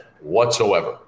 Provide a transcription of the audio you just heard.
whatsoever